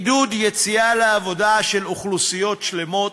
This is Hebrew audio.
עידוד יציאה לעבודה של אוכלוסיות שלמות,